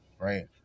right